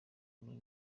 muri